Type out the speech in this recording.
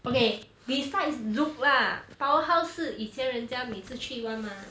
okay besides zouk lah powerhouse 是以前人家每次去 [one] mah